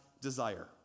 desire